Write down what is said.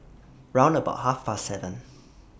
round about Half Past seven